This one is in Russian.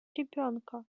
ребенка